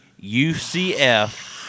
UCF